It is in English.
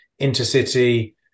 intercity